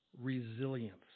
resilience